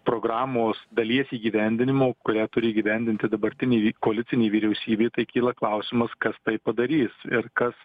programos dalies įgyvendinimo kurią turi įgyvendinti dabartinė koalicinė vyriausybė tai kyla klausimas kas tai padarys ir kas